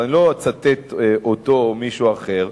ואני לא אצטט אותו או מישהו אחר,